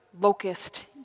locust